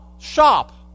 Shop